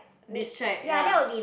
distract ya